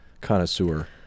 connoisseur